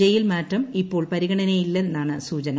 jail മാറ്റം ഇപ്പോൾ പരിഗണനയില്ലെന്നാണ് സൂചന